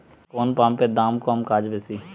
কোন পাম্পের দাম কম কাজ বেশি?